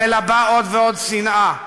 המלבה עוד ועוד שנאה,